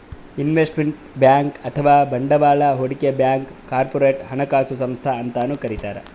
investment bank ಅಥವಾ ಬಂಡವಾಳ್ ಹೂಡಿಕೆ ಬ್ಯಾಂಕ್ಗ್ ಕಾರ್ಪೊರೇಟ್ ಹಣಕಾಸು ಸಂಸ್ಥಾ ಅಂತನೂ ಕರಿತಾರ್